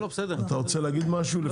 אתה רוצה להגיד משהו לפני?